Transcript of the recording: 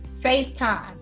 FaceTime